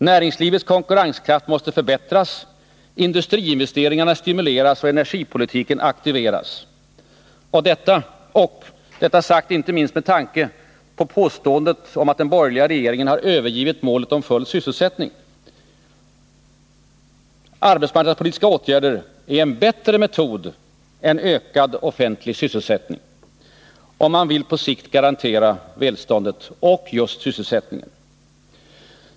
Näringslivets konkurrenskraft måste förbättras, industriinvesteringarna stimuleras och energipolitiken aktiveras. Och — detta sagt inte minst med tanke på påståendet om att den borgerliga regeringen har övergivit målet om full sysselsättning — arbetsmarknadspolitiska åtgärder är en bättre metod än ökad offentlig sysselsättning, om man vill på sikt garantera välståndet och just sysselsättningen.